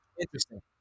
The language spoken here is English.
Interesting